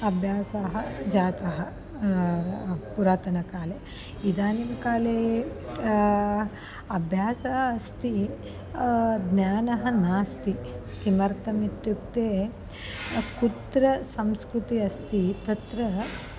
अभ्यासः जातः पुरातनकाले इदानीं काले अभ्यासः अस्ति ज्ञानं नास्ति किमर्थम् इत्युक्ते कुत्र संस्कृतिः अस्ति तत्र